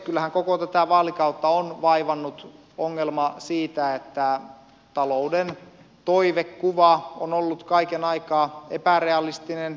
kyllähän koko tätä vaalikautta on vaivannut ongelma siitä että talouden toivekuva on ollut kaiken aikaa epärealistinen